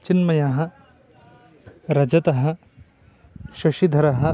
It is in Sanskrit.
चिन्मयः रजतः शशिधरः